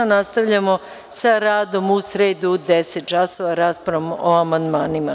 Nastavljamo sa radom u sredu, u 10.00 časova, raspravom o amandmanima.